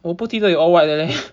我不记得有 all white 得嘞